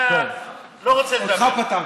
אותך פטרתי.